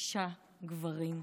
שישה גברים,